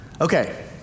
Okay